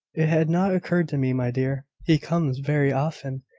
it had not occurred to me, my dear. he comes very often,